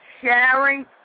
sharing